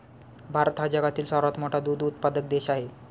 भारत हा जगातील सर्वात मोठा दूध उत्पादक देश आहे